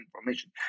information